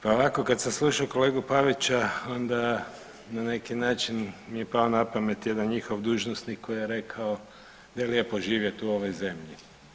Pa ovako kada sam slušao kolegu Pavića onda na neki način mi je pao na pamet jedan njihov dužnosnik koji je rekao da je lijepo živjeti u ovoj zemlji.